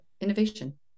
innovation